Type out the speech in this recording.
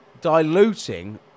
diluting